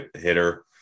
hitter